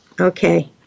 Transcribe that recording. Okay